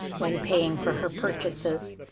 when paying for her purchases.